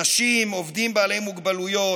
נשים, עובדים בעלי מוגבלויות,